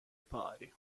pari